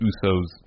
Usos